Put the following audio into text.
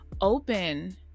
open